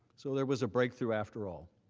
so there was a breakthrough after all.